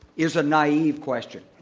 is a naive question.